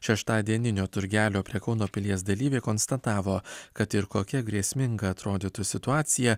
šeštadieninio turgelio prie kauno pilies dalyviai konstatavo kad ir kokia grėsminga atrodytų situacija